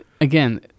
Again